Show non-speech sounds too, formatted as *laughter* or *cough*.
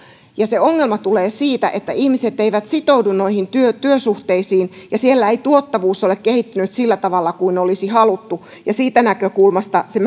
ja se ongelma tulee siitä että ihmiset eivät sitoudu noihin työsuhteisiin ja siellä ei tuottavuus ole kehittynyt sillä tavalla kuin olisi haluttu siitä näkökulmasta se *unintelligible*